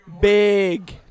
Big